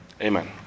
Amen